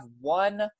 one